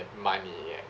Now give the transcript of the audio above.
money ya